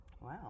Wow